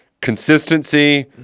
consistency